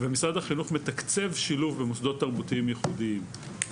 ומשרד החינוך מתקצב שילוב במוסדות תרבותיים ייחודיים.